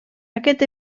aquest